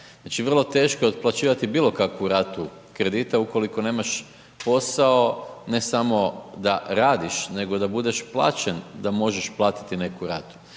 Znači vrlo je teško je otplaćivati bilo kakvu ratu kredita ukoliko nemaš posao, ne samo da radiš, nego da budeš plaćen da možeš platiti neku ratu.